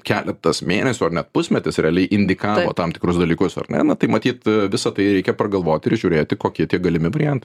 keletas mėnesių ar net pusmetis realiai indikavo tam tikrus dalykus ar ne na tai matyt visa tai reikia pragalvoti ir žiūrėti kokie tie galimi variantai